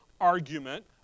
argument